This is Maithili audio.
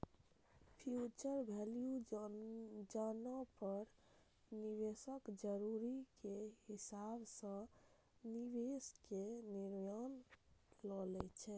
फ्यूचर वैल्यू जानै पर निवेशक जरूरत के हिसाब सं निवेश के निर्णय लै छै